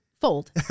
fold